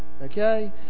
Okay